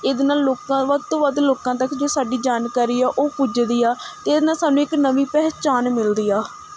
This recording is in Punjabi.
ਇਹਦੇ ਨਾਲ਼ ਲੋਕਾਂ ਵੱਧ ਤੋਂ ਵੱਧ ਲੋਕਾਂ ਤੱਕ ਜੋ ਸਾਡੀ ਜਾਣਕਾਰੀ ਆ ਉਹ ਪੁੱਜਦੀ ਆ ਅਤੇ ਇਹਦੇ ਨਾਲ਼ ਸਾਨੂੰ ਇੱਕ ਨਵੀਂ ਪਹਿਚਾਣ ਮਿਲਦੀ ਆ